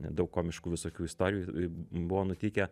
daug komiškų visokių istorijų buvo nutikę